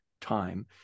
time